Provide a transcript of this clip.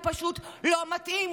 הוא פשוט לא מתאים,